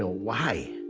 ah why?